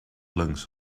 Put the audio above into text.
lungs